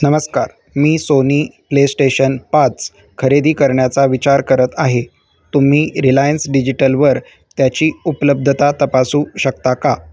नमस्कार मी Sony PlayStation पाच खरेदी करण्याचा विचार करत आहे तुम्ही रिलायन्स डिजिटलवर त्याची उपलब्धता तपासू शकता का